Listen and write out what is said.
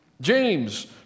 James